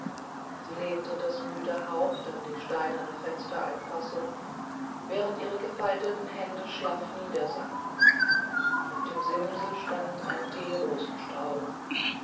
sie lehnte das müde haupt an die steinerne fenstereinfassung während ihre gefalteten hände schlaff niedersanken auf dem simse stand ein